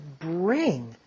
bring